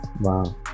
Wow